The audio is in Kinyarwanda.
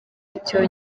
icyo